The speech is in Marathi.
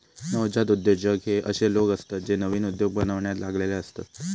नवजात उद्योजक हे अशे लोक असतत जे नवीन उद्योग बनवण्यात लागलेले असतत